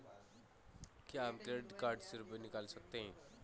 क्या हम credit card से रुपये निकाल सकते हैं?